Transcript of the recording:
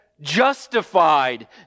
justified